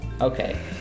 Okay